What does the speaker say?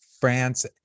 France